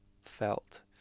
felt